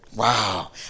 Wow